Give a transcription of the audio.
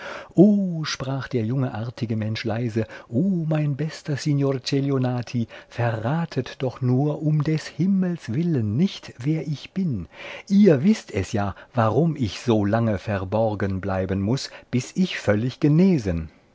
sprach der junge artige mensch leise o mein bester signor celionati verratet doch nur um des himmels willen nicht wer ich bin ihr wißt es ja warum ich so lange verborgen bleiben muß bis ich völlig genesen